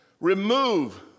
remove